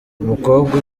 umukobwa